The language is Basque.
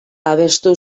abestu